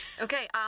Okay